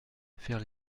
faire